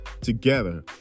Together